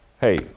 Hey